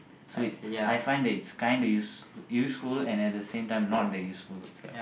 so it's I find that it's kinda use~ useful and at the same time not that useful ya